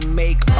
make